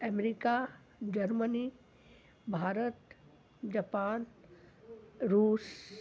America Germany Bharat Japan रूस